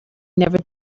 never